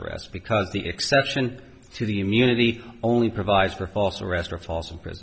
arrest because the exception to the immunity only provides for false arrest or false impr